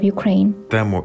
Ukraine